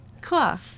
Cool